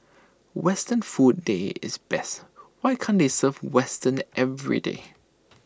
western food day is best why can't they serve western everyday